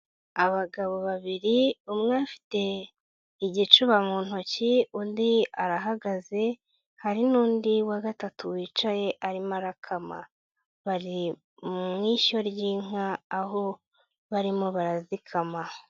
Abagabo babiri umwe afite igicuba mu ntoki undi arahagaze hari n'undi wa gatatu wicaye arimo arakama, bari mu ishyo ry'inka aho barimo barazikama.